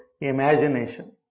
imagination